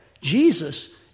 Jesus